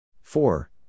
Four